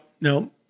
no